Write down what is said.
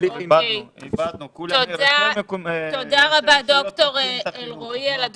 איבדנו --- תודה רבה, ד"ר אלרעי, על הדברים.